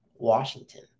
Washington